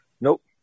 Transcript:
Nope